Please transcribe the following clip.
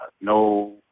no